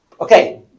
okay